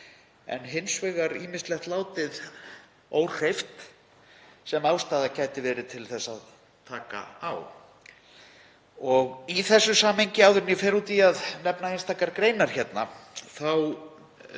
en hins vegar er ýmislegt látið óhreyft sem ástæða gæti verið til að taka á. Í þessu samhengi, áður en ég fer út í að nefna einstakar greinar, myndi ég